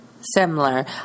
similar